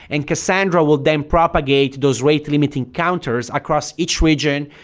and cassandra will then propagate those rate limiting counters across each region,